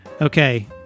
Okay